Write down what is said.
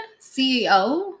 CEO